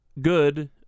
good